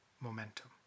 momentum